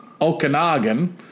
Okanagan